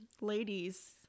ladies